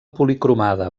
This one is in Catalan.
policromada